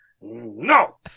no